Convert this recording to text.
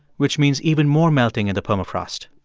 which means even more melting of the permafrost.